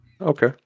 Okay